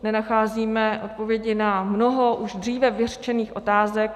Nenacházíme odpovědi na mnoho už dříve vyřčených otázek.